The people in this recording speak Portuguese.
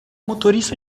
motorista